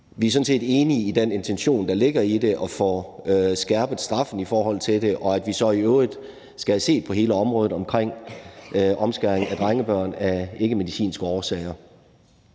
vi er sådan set enige i den intention, der ligger i det, nemlig at få skærpet straffen for det, og i, at vi så i øvrigt skal se på hele området omkring omskæring af drengebørn af ikkemedicinske årsager.